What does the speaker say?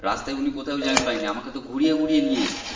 রাস্তায় উনি কোথাও জ্যাম পায়নি আমাকে তো ঘুরিয়ে ঘুরিয়ে নিয়ে এসেছে